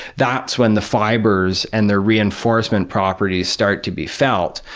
that's when the fibers and the reinforcement properties start to be felt,